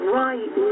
right